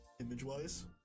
image-wise